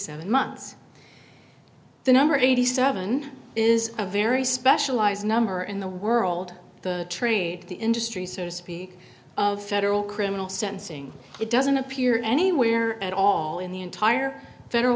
seven months the number eighty seven is a very specialized number in the world trade the industry so to speak of federal criminal sentencing it doesn't appear anywhere at all in the entire federal